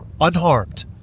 unharmed